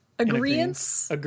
Agreements